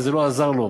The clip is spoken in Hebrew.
וזה לא עזר לו,